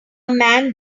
man